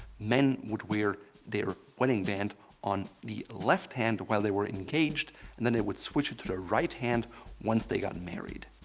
men would wear their wedding band on the left hand while they were engaged and then they would switch it to the right hand once they got married.